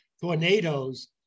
tornadoes